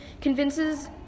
convinces